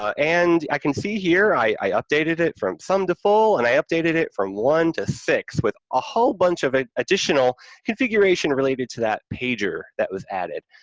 ah and i can see here, i updated it from some to full, and i updated it from one to six, with a whole bunch of additional configuration related to that pager that was added.